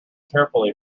carefully